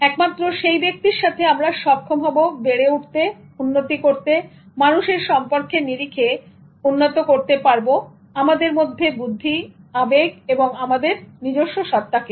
এবং একমাত্র সেই ব্যক্তির সাথে আমরা সক্ষম হব বেড়ে উঠতে উন্নতি করতে মানুষের সম্পর্কের নিরিখে এবং উন্নত করতে পারব আমাদের মধ্যে বুদ্ধি আবেগ এবং আমাদের নিজস্ব সত্তাকে